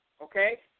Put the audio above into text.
Okay